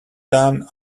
down